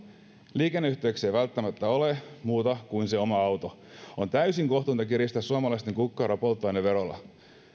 liikenneyhteyksiä ei välttämättä ole muuta kuin se oma auto on täysin kohtuutonta kiristää suomalaisten kukkaroa polttoaineverolla